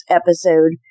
episode